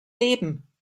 leben